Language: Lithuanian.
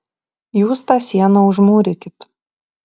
jūs tą sieną užmūrykit